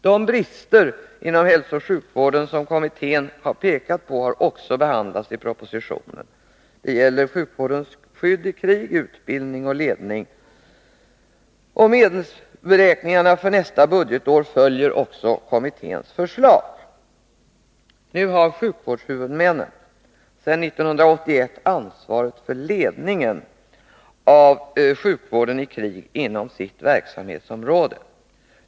De brister inom hälsooch sjukvården som försvarskommittén har pekat på har också behandlats i propositionen. Det gäller sjukvårdens skydd i krig, utbildning och ledning. Medelsberäkningarna för nästa budgetår följer också försvarskommitténs förslag. G Sedan 1981 har sjukvårdshuvudmännen ansvaret för ledningen av sjukvården i krig inom sitt verksamhetsområde.